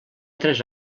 tres